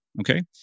Okay